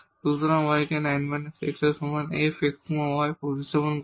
সুতরাং আমরা y কে 9 − x এর সমান f x y এ প্রতিস্থাপন করব